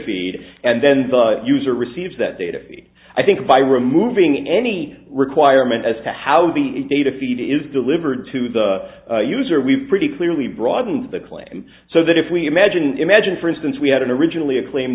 feed and then the user receives that data i think by removing any requirement as to how the data feed is delivered to the user we've pretty clearly broadened the claim so that if we imagine imagine for instance we had an originally a claim